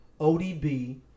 ODB